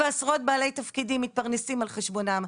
ועשרות בעלי תפקידים מתפרנסים על חשבונם,